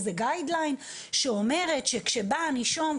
איזה גייד ליין שאומרת שכשבא הנישום,